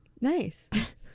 nice